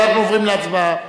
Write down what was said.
אז אנחנו עוברים להצבעה.